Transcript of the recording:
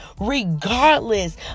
regardless